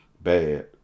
bad